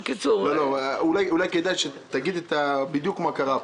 בקיצור --- אולי כדאי שתגיד בדיוק מה קרה פה.